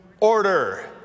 order